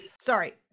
sorry